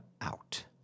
out